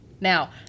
Now